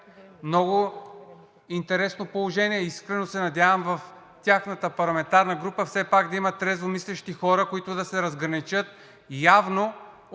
Много интересно положение!? Искрено се надявам в тяхната парламентарна група все пак да има трезвомислещи хора, които да се разграничат явно